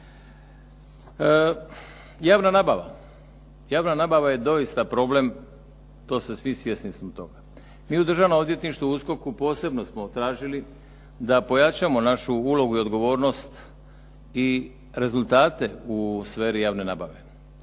Javna nabava. Javna nabava je doista problem svi smo svjesni toga. Mi u Državnom odvjetništvu, u USKOK-u posebno smo tražili da pojačamo našu ulogu i odgovornost i rezultate u sferi javne nabave.